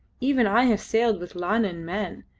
even i have sailed with lanun men,